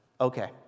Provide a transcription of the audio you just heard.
Okay